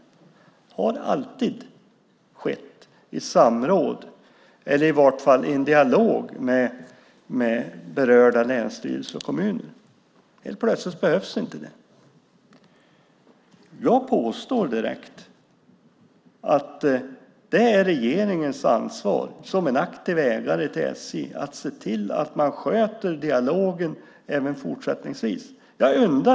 Det där har alltid skett i samråd eller i varje fall i en dialog med berörda länsstyrelser och kommuner. Men helt plötsligt behövs inte det. Jag påstår direkt att regeringen som aktiv ägare av SJ har ansvaret att se till att dialogen sköts även fortsättningsvis.